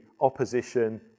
opposition